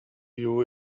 you